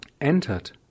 entered